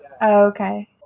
Okay